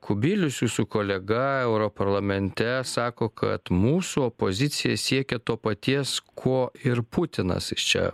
kubilius jūsų kolega europarlamente sako kad mūsų opozicija siekia to paties ko ir putinas jis čia